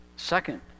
Second